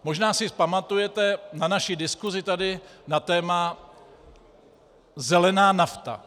Možná si pamatujete na naši diskusi tady na téma zelená nafta.